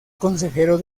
consejero